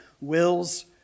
wills